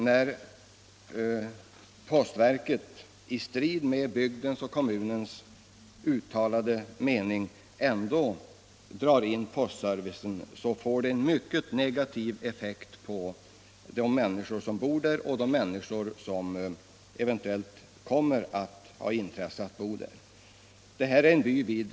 När postverket i strid med den inom bygden och kommunen uttalade meningen drar in postservicen får det mycket negativ effekt på de människor som bor där och de människor som eventuellt kommer att ha intresse av att bosätta sig där.